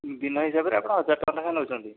ଦିନ ହିସାବରେ ଆପଣ ହଜାରେ ଟଙ୍କା ଲେଖା ନେଉଛନ୍ତି